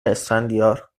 اسفندیار